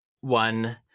One